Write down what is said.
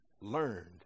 learned